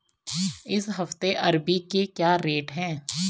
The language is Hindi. इस हफ्ते अरबी के क्या रेट हैं?